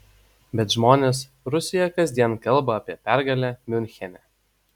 bet žmonės rusijoje kasdien kalba apie pergalę miunchene